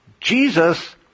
Jesus